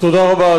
תודה רבה.